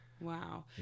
Wow